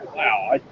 wow